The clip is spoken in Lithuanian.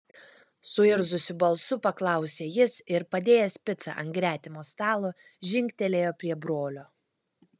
suirzusiu balsu paklausė jis ir padėjęs picą ant gretimo stalo žingtelėjo prie brolio